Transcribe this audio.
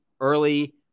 early